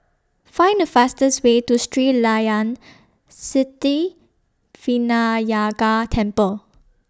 Find The fastest Way to Sri Layan Sithi Vinayagar Temple